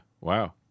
Wow